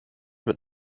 mit